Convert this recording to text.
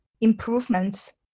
improvements